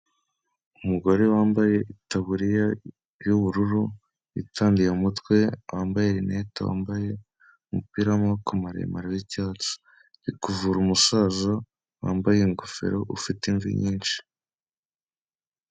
Umugore wambaye itaburiya y'ubururu, yitandiye mu mutwe, wambaye rinete, wambaye umupira w'amaboko maremare w'icyatsi, ari kuvura umusaza wambaye ingofero, ufite imvi nyinshi.